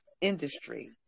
industry